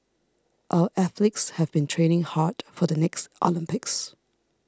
our athletes have been training hard for the next Olympics